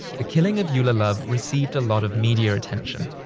the killing of eulia love received a lot of media attention.